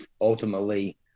ultimately